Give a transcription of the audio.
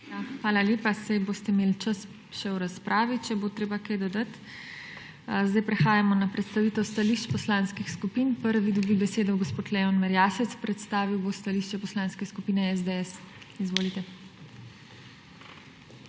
Hvala lepa. Saj boste imeli čas še v razpravi, če bo treba kaj dodati. Sedaj prehajamo na predstavitev stališč poslanskih skupin. Prvi dobi besedo gospod Leon Merjasec. Predstavil bo stališče Poslanske skupine SDS. Izvolite.